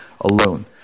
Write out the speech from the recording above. alone